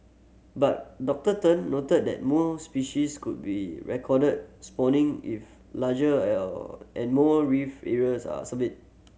but Doctor Tun noted that more species could be recorded spawning if larger and more reef areas are surveyed